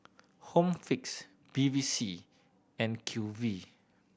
Home Fix Bevy C and Q V